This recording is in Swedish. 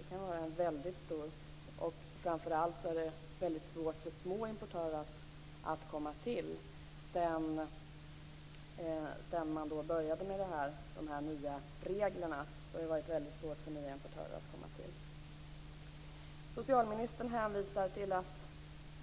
Sedan de nya reglerna infördes har det varit väldigt svårt för framför allt små importörer att få in sina varor i sortimentet. Socialministern hänvisar till att